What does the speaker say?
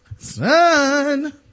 son